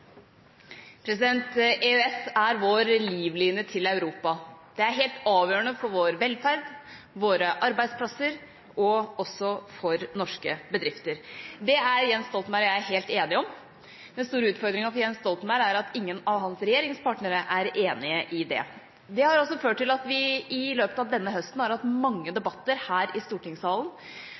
EØS er vår livslinje til Europa og er helt avgjørende for vår velferd, våre arbeidsplasser og også for norske bedrifter. Det er Jens Stoltenberg og jeg helt enige om. Den store utfordringen for Jens Stoltenberg er at ingen av hans regjeringspartnere er enige i det. Det har også ført til at vi i løpet av denne høsten har hatt mange debatter her i stortingssalen